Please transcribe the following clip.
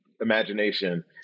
imagination